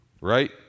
right